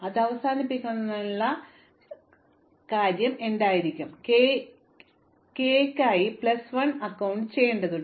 അതിനാൽ ഇവയെല്ലാം ഞാൻ എടുക്കുകയാണെങ്കിൽ ഇവയ്ക്കെല്ലാം ഇടയിൽ ഞാൻ പരമാവധി ദൈർഘ്യം എടുക്കും കാരണം അത് അവസാനിപ്പിക്കാനുള്ള അവസാന കാര്യമായിരിക്കും അതിനുശേഷം k നായി പ്ലസ് 1 അക്കൌണ്ട് ചെയ്യേണ്ടതുണ്ട്